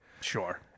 Sure